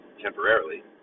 temporarily